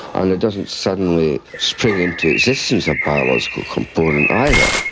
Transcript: and it doesn't suddenly spring into existence, a biological component, either.